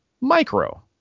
micro